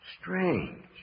Strange